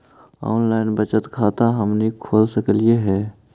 Online बचत खाता हमनी खोल सकली हे?